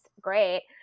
great